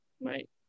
right